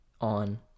on